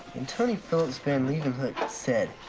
antonie philips van leeuwenhoek said,